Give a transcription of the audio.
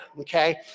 okay